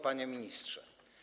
Panie Ministrze!